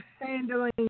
handling